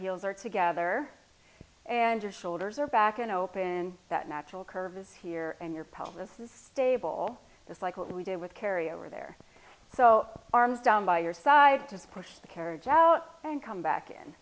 heels are together and shoulders are back and open that natural curve is here and your pelvis is stable just like what we did with kerry over there so arms down by your side to push the carriage out bank come back in